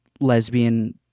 lesbian